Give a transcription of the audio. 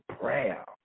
prayer